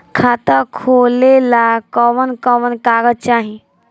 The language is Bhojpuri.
खाता खोलेला कवन कवन कागज चाहीं?